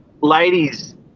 ladies